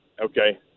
Okay